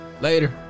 Later